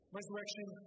Resurrection